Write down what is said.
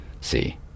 See